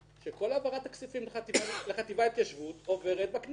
שכל העברת הכספים לחטיבה להתיישבות עוברת בכנסת.